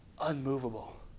unmovable